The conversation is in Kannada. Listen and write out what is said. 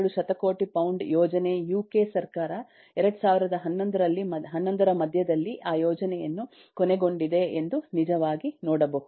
7 ಶತಕೋಟಿ ಪೌಂಡ್ ಯೋಜನೆ ಯುಕೆ ಸರ್ಕಾರ 2011 ರ ಮಧ್ಯದಲ್ಲಿ ಅ ಯೋಜನೆಯನ್ನು ಕೊನೆಗೊಂಡಿದೆ ಎಂದು ನಿಜವಾಗಿ ನೋಡಬಹುದು